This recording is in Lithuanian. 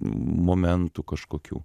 momentų kažkokių